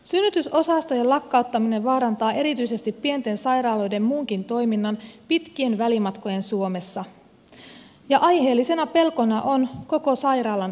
synnytysosastojen lakkauttaminen vaarantaa erityisesti pienten sairaaloiden muunkin toiminnan pitkien välimatkojen suomessa ja aiheellisena pelkona on koko sairaalan alasajo